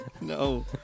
No